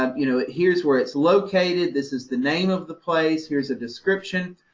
um you know, here's where it's located, this is the name of the place, here's a description.